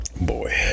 boy